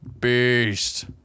Beast